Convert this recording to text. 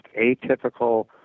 atypical